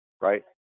right